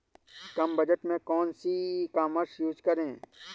कम budget में कौन सी ई कॉमर्स यूज़ करें?